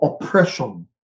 oppression